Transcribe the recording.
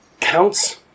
Counts